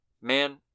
man